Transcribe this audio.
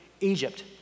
Egypt